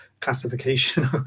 classification